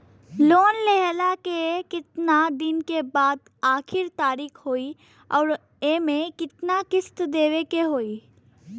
Loan लेहला के कितना दिन के बाद आखिर तारीख होई अउर एमे कितना किस्त देवे के होई?